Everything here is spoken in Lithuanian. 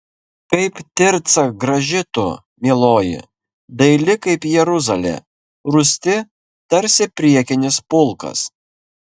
kaip tirca graži tu mieloji daili kaip jeruzalė rūsti tarsi priekinis pulkas